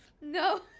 No